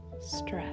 stress